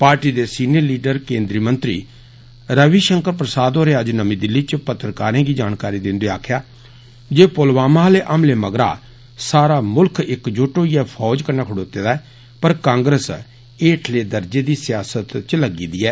party दे senior leader केन्द्री मंत्री रविषंकर प्रसाद होरें अज्ज नमीं दिल्ली पत्रकारें गी जानकारी दिन्दे होई आक्खेआ जे पुलवामा आले हमले मगरा सारा मुल्ख इकजुट होइये फौज कन्नै खड़ोते दा ऐ पर कांग्रेस हेठले दर्जे दी सियासत च लग्गीदी ऐ